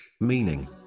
meaning